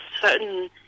certain